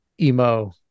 emo